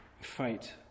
Fight